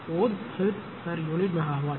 4 ஹெர்ட்ஸ்pu மெகாவாட்